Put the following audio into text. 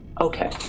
Okay